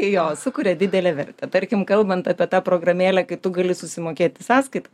jo sukuria didelę vertę tarkim kalbant apie tą programėlę kai tu gali susimokėti sąskaitas